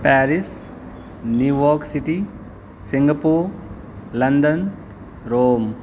Paris New York City Singapore London Rome